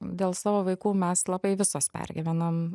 dėl savo vaikų mes labai visos pergyvenam